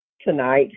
tonight